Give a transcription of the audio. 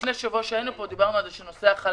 לפני שבוע דברנו על זה שנושא החל"ת